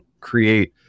create